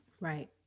Right